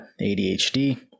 ADHD